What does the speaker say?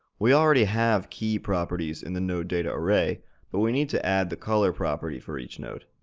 we already have key properties in the nodedataarray, but we need to add the color property for each node.